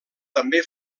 també